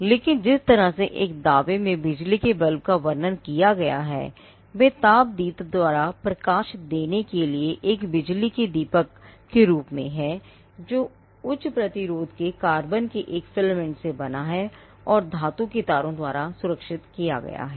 लेकिन जिस तरह से एक दावे में बिजली के बल्ब का वर्णन किया गया है वह तापदीप्त के रूप में है जो उच्च प्रतिरोध के कार्बन के एक फिलामेंट से बना है और धातु के तारों द्वारा सुरक्षित किया गया है